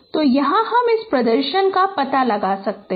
तो यहां हम इस प्रदर्शन का पता लगा सकते हैं